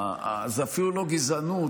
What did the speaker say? זו אפילו לא גזענות,